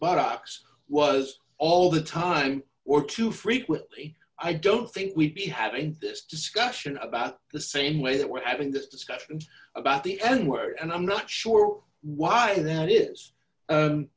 ux was all the time or too frequently i don't think we'd be having this discussion about the same way that we're having this discussion about the n word and i'm not sure why that is